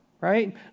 Right